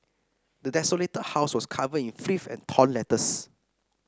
the desolated house was covered in filth and torn letters